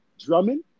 Drummond